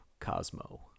Cosmo